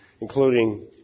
including